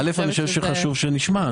חשוב שנשמע.